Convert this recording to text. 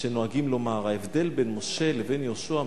שנוהגים לומר, ההבדל בין משה לבין יהושע.